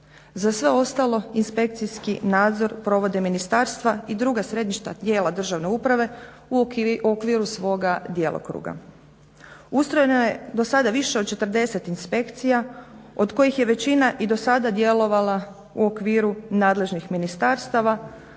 Za sve ostalo inspekcijski nadzor provode ministarstva i druga središnja tijela državne uprave u okviru svoga djelokruga. Ustrojeno je do sada više od 40 inspekcija od kojih je većina i do sada djelovala u okviru nadležnih ministarstava,